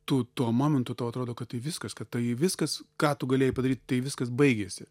tu tuo momentu tau atrodo kad tai viskas kad tai viskas ką tu galėjai padaryt tai viskas baigėsi